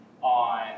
on